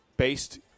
Based